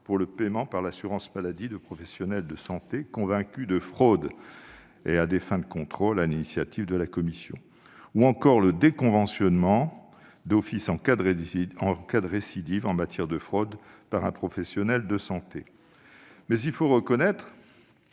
pour le paiement par l'assurance maladie de professionnels de santé convaincus de fraude à des fins de contrôle, sur l'initiative de la commission ; ou encore le déconventionnement d'office en cas de récidive en matière de fraude par un professionnel de santé, toujours